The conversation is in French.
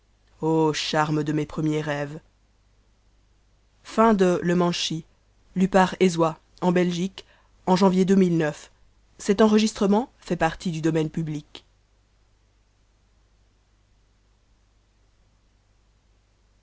charme de mes premiers rêves